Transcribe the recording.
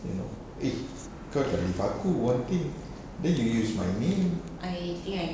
you know eh kau aku one thing then you use my name